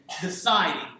deciding